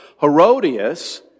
Herodias